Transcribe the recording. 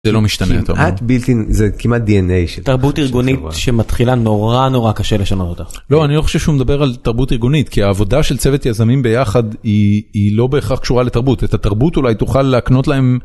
זה לא משתנה אתה אומר, כמעט בלתי זה כמעט dna ש...תרבות ארגונית שמתחילה נורא נורא קשה לשנות אותה לא אני לא חושב שהוא מדבר על תרבות ארגונית כי העבודה של צוות יזמים ביחד היא היא לא בהכרח קשורה לתרבות את התרבות אולי תוכל להקנות להם.